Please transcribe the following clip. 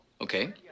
Okay